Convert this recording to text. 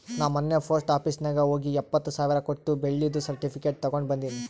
ನಾ ಮೊನ್ನೆ post office ನಾಗ್ ಹೋಗಿ ಎಪ್ಪತ್ ಸಾವಿರ್ ಕೊಟ್ಟು ಬೆಳ್ಳಿದು ಸರ್ಟಿಫಿಕೇಟ್ ತಗೊಂಡ್ ಬಂದಿನಿ